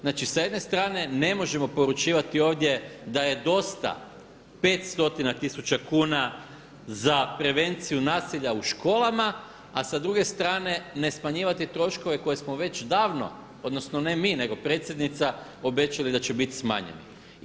Znači sa jedne strane ne možemo poručivati ovdje da je dosta 500 tisuća kuna za prevenciju nasilja u školama, a sa druge strane ne smanjivati troškove koje smo već davno odnosno ne mi nego predsjednica obećali da će biti smanjeno.